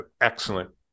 Excellent